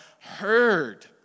heard